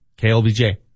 KLBJ